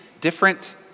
different